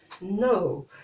No